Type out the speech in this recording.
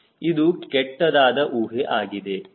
ಇದು ಕೆಟ್ಟದಾದ ಊಹೆ ಆಗಿದೆ